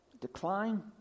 decline